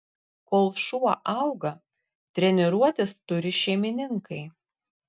kol šuo auga treniruotis turi šeimininkai